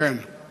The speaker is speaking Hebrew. ההצעה